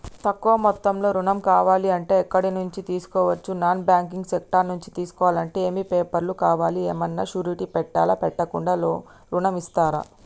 తక్కువ మొత్తంలో ఋణం కావాలి అంటే ఎక్కడి నుంచి తీసుకోవచ్చు? నాన్ బ్యాంకింగ్ సెక్టార్ నుంచి తీసుకోవాలంటే ఏమి పేపర్ లు కావాలి? ఏమన్నా షూరిటీ పెట్టాలా? పెట్టకుండా ఋణం ఇస్తరా?